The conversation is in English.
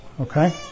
okay